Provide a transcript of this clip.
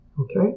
Okay